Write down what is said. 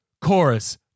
chorus